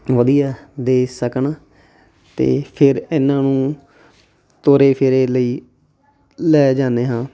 ਵਧੀਆ ਦੇ ਸਕਣ ਅਤੇ ਫਿਰ ਇਹਨਾਂ ਨੂੰ ਤੋਰੇ ਫੇਰੇ ਲਈ ਲੈ ਜਾਂਦੇ ਹਾਂ